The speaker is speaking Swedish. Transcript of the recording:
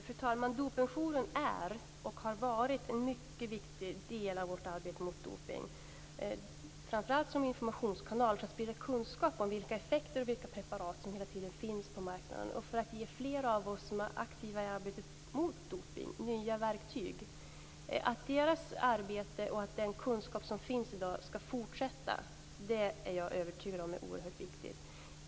Fru talman! Dopingjouren är och har varit en mycket viktig del av vårt arbete mot dopning, framför allt som informationskanal för att sprida kunskap om effekterna av preparat, om vilka preparat som finns på marknaden och för att ge fler av oss som är aktiva i arbetet mot dopning nya verktyg. Jag är övertygad om att det är oerhört viktigt att deras arbete och den kunskap som de har i dag skall fortsätta.